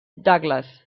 douglas